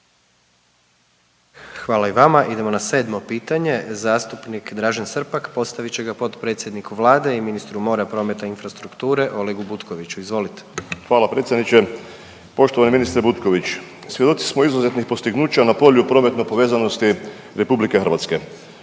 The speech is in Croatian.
Hvala i vama. Idemo na 7. pitanje. Zastupnik Dražen Srpak postavit će ga potpredsjedniku Vlade i ministru mora, prometa i infrastrukture, Olegu Butkoviću. Izvolite. **Srpak, Dražen (HDZ)** Hvala predsjedniče. Poštovani ministre Butković, svjedoci smo izuzetnih postignuća na polju prometne povezanosti RH. Prošle